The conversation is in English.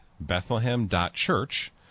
Bethlehem.Church